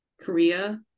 korea